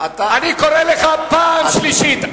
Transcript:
אני קורא אותך לסדר פעם שלישית.